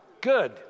Good